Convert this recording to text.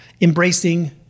Embracing